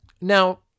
Now